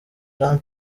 jean